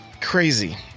Crazy